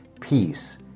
Peace